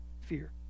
fear